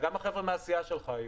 גם חבר'ה מהסיעה שלך היו,